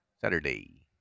Saturday